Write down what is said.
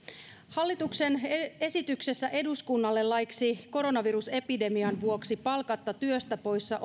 hallituksen esityksessä eduskunnalle laiksi koronavirusepidemian vuoksi palkatta työstä poissa